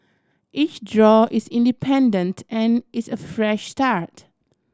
each draw is independent and is a fresh start